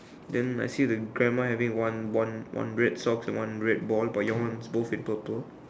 then I see the grandma having one one one red socks and one red ball but yours is both with purple